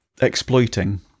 exploiting